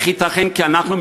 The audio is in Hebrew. איך ייתכן שאנחנו,